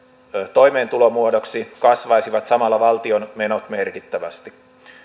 toimeentulomuodoksi kasvaisivat samalla valtion menot merkittävästi